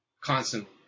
constantly